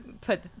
put